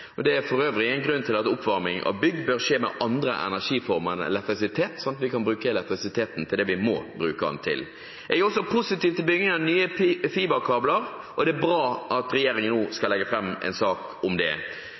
Det er for øvrig en grunn til at oppvarming av bygg bør skje med andre energiformer enn elektrisitet, sånn at vi kan bruke elektrisiteten til det vi må bruke den til. Jeg er også positiv til bygging av nye fiberkabler, og det er bra at regjeringen skal legge fram en sak om det.